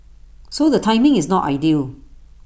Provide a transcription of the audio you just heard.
so the timing is not ideal